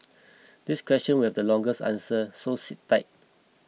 this question will the longest answer so sit tight